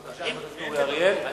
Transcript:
בבקשה, חבר הכנסת אורי אריאל.